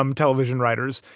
um television writers,